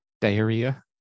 diarrhea